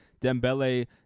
Dembele